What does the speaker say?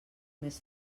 més